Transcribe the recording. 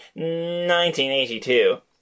1982